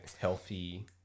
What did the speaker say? healthy